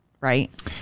right